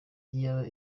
iyaba